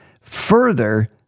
further